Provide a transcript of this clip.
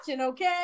okay